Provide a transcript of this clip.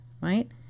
right